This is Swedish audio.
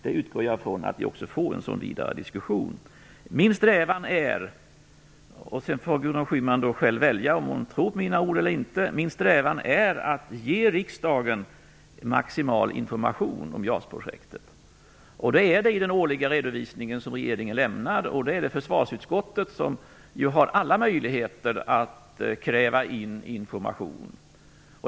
Jag utgår också ifrån att vi också får en sådan vidare diskussion. Min strävan är - sedan får Gudrun Schyman själv välja om hon tror på mina ord eller inte - att ge riksdagen maximal information om JAS-projektet. Det sker i den årliga redovisning som regeringen lämnar. Sedan har ju försvarsutskottet alla möjligheter att kräva in information.